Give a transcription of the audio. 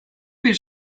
bir